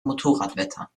motorradwetter